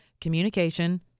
Communication